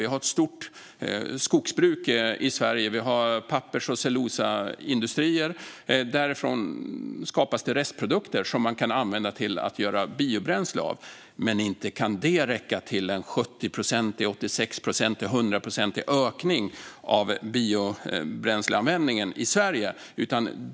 Vi har ett stort skogsbruk i Sverige och pappers och cellulosaindustrier. Där skapas det restprodukter som man kan göra biobränsle av. Men inte kan det räcka till en 70-procentig, 86-procentig eller 100-procentig ökning av biobränsleanvändningen i Sverige.